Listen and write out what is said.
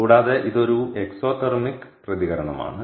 കൂടാതെ ഇത് ഒരു എക്സോതെർമിക് പ്രതികരണമാണ്